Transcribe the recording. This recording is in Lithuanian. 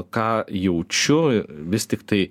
ką jaučiu vis tiktai